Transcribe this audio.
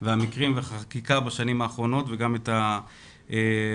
את החקיקה בשנים האחרונות וכמובן גם את הוועדה.